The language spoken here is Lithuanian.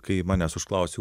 kai manęs užklausė